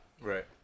right